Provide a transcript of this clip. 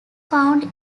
found